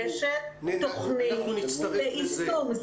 מגובשת תכנית ליישום.